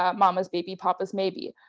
um mama's baby papa's maybe.